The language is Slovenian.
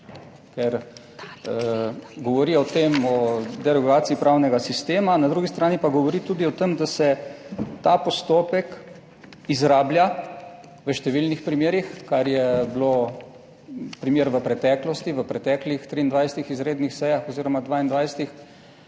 ker govori o tem, o deregulaciji pravnega sistema, na drugi strani pa govori tudi o tem, da se ta postopek izrablja v številnih primerih, kar je bilo primer v preteklosti v preteklih 23 izrednih sejah oziroma 22 za